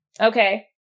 Okay